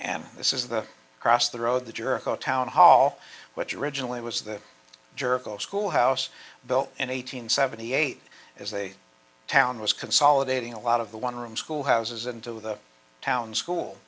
and this is the cross the road the jerk o town hall what you originally was the jerk o school house built an eight hundred seventy eight as a town was consolidating a lot of the one room schoolhouses into the town school